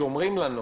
אומרים לנו